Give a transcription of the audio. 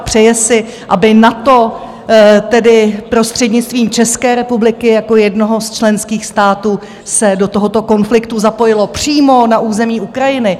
Přeje si, aby NATO tedy prostřednictvím České republiky jako jednoho z členských států se do tohoto konfliktu zapojilo přímo na území Ukrajiny.